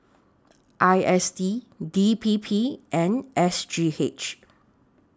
I S D D P P and S G H